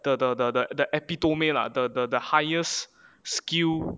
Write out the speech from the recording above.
the the the the epitome the the the highest skill